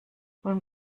ulm